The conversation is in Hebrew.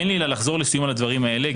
אין לי אלא לחזור לסיום על דברים אלה,